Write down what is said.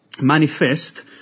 manifest